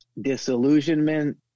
disillusionment